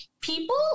people